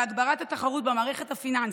הגברת התחרות במערכת הפיננסית.